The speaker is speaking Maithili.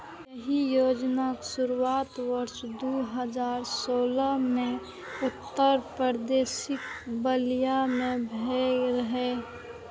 एहि योजनाक शुरुआत वर्ष दू हजार सोलह मे उत्तर प्रदेशक बलिया सं भेल रहै